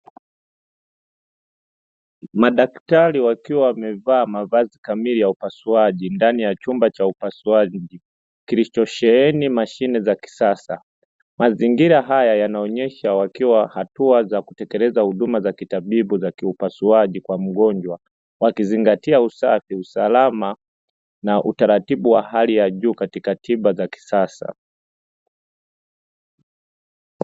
Madaktari wakiwa wamevaa mavazi kamili ya upasuaji ndani ya chumba cha upasuaji kilichosheheni mashine za kisasa, mazingira haya yanaonyesha wakiwa hatua za kutekeleza huduma za kitabibu za kiupasuaji kwa mgonjwa, wakizingatia usafi usalama na utaratibu wa hali ya juu katika tiba za kisasa.